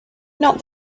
not